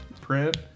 Print